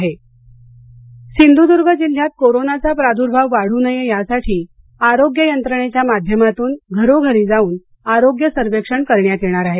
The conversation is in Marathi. आरोग्य सर्वेक्षण सिंधूदूर्ण जिल्ह्यात कोरोनाचा प्रार्दृभाव वाढू नये यासाठी आरोग्य यंत्रणेच्या माध्यमातून घरोघरी जाऊन आरोग्य सर्वेक्षण करण्यात येणार आहे